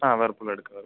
ആ വേർപൂൾ എടുക്കാം